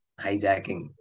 hijacking